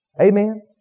Amen